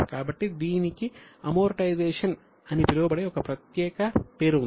కాబట్టి దీనికి అమోర్టైజేషన్ అని పిలువబడే ప్రత్యేక పేరు ఉంది